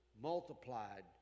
multiplied